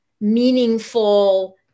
meaningful